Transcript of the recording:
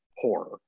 horror